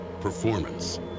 Performance